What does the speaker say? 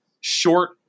short